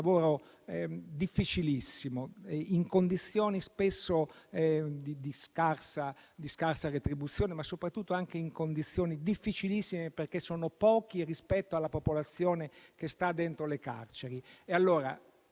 difficilissimo, spesso in condizioni di scarsa retribuzione, ma soprattutto in condizioni difficilissime, perché sono pochi rispetto alla popolazione che sta dentro le carceri.